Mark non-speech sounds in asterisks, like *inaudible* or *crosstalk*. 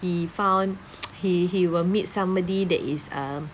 he found *noise* he he will meet somebody that is um